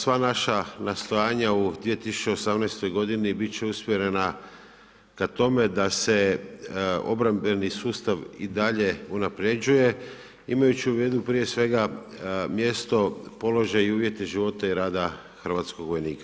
Sva naša nastojanja u 2018. godini bit će usmjerena k tome da se obrambeni sustav i dalje unapređuje, imajući u vidu prije svega mjesto, položaj i uvjete i života i rada hrvatskoj vojnika.